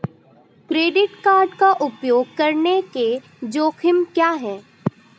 Credit card का उपयोग करने के जोखिम क्या हैं?